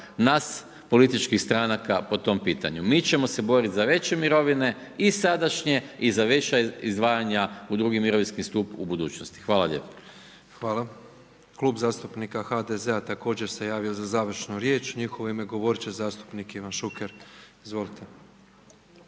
nas, političkih stranaka po tom pitanju. Mi ćemo se boriti za veće mirovine i sadašnje i za viša izdvajanja u II. mirovinski stup u budućnosti. Hvala lijepo. **Petrov, Božo (MOST)** Klub zastupnika HDZ-a također se javio za završnu riječ, u njihovo ime govorit će zastupnik Ivan Šuker, izvolite.